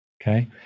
Okay